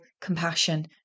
compassion